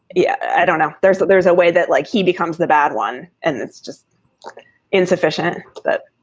yeah, i don't know. there's that there's a way that, like, he becomes the bad one and it's just insufficient but